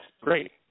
Great